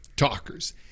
Talkers